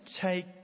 take